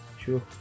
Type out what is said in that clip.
Sure